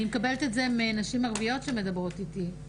מקבלת את זה מנשים ערביות שמדברות איתי.